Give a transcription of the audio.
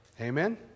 Amen